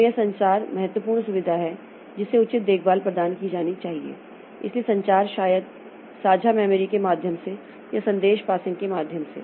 तो यह संचार महत्वपूर्ण सुविधा है जिसे उचित देखभाल प्रदान की जानी चाहिए इसलिए संचार शायद साझा मेमोरी के माध्यम से या संदेश पासिंग के माध्यम से